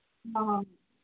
ꯑ